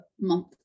month